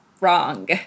wrong